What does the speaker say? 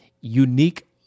unique